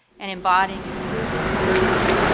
and embodying inclusion and diversity.